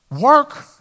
Work